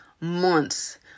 months